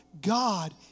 God